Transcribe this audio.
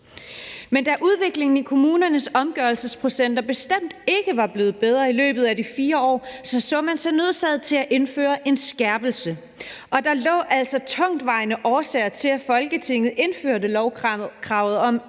Men da udviklingen i kommunernes omgørelsesprocenter bestemt ikke var blevet bedre i løbet af de 4 år, så man sig nødsaget til at indføre en skærpelse, så der lå altså tungtvejende årsager bag, at Folketinget indførte lovkravet om,